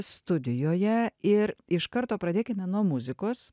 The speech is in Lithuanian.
studijoje ir iš karto pradėkime nuo muzikos